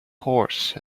horse